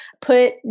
put